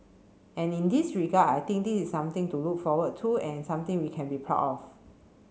and in this regard I think this is something to look forward to and something we can be proud of